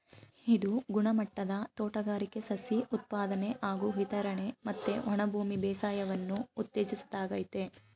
ಇದು ಗುಣಮಟ್ಟದ ತೋಟಗಾರಿಕೆ ಸಸಿ ಉತ್ಪಾದನೆ ಹಾಗೂ ವಿತರಣೆ ಮತ್ತೆ ಒಣಭೂಮಿ ಬೇಸಾಯವನ್ನು ಉತ್ತೇಜಿಸೋದಾಗಯ್ತೆ